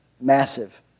Massive